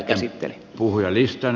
sitten puhujalistaan